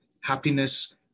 happiness